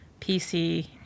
PC